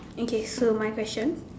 okay so my question